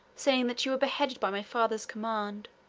saying that you were beheaded by my father's command.